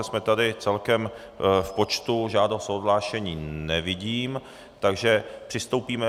Jsme tady celkem v počtu žádost o odhlášení nevidím, takže přistoupíme...